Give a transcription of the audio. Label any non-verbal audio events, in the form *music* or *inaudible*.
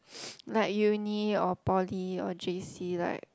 *noise* like uni or poly or J_C like